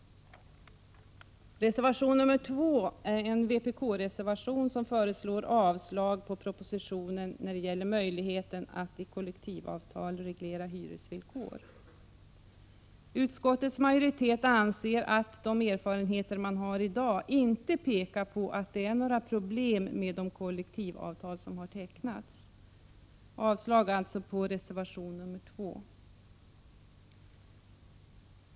Reservation 2 är en vpk-reservation, där man föreslår avslag på propositionen när det gäller möjligheten att i kollektivavtal reglera hyresvillkor. Utskottets majoritet anser att de erfarenheter man har i dag inte pekar på att det är några problem med de kollektivavtal som har tecknats. Jag yrkar alltså avslag på reservation 2.